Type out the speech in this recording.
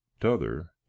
t'other